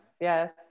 yes